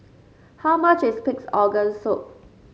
how much is Pig's Organ Soup